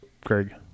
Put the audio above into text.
Greg